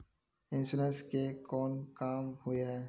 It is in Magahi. इंश्योरेंस के कोन काम होय है?